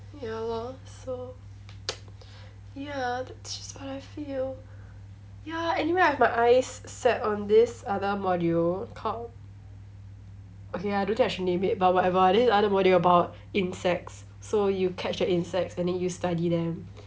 ya lor so ya that's just what I feel ya anyway I've my eyes set on this other module called okay I don't think I should name it but whatever there's this other module about insects so you catch the insects and then you study them